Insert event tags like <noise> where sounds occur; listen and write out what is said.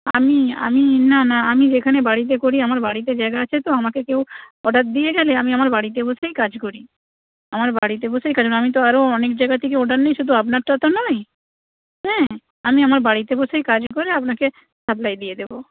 আমি আমি না না আমি যেখানে বাড়িতে করি আমার বাড়িতে জায়গা আছে তো আমাকে কেউ অর্ডার দিয়ে গেলে আমি আমার বাড়িতে বসেই কাজ করি আমার বাড়িতে বসেই কাজ <unintelligible> আমি তো আরও অনেক জায়গা থেকে অর্ডার নিই শুধু আপনারটা তো নয় হ্যাঁ আমি আমার বাড়িতে বসেই কাজ করে আপনাকে সাপ্লাই দিয়ে দেবো